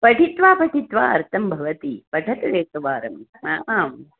पठित्वा पठित्वा अर्थं भवति पठतु एकवारम् आम् आम्